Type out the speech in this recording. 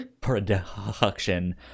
production